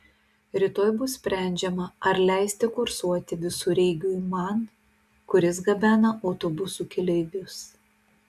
rytoj bus sprendžiama ar leisti kursuoti visureigiui man kuris gabena autobusų keleivius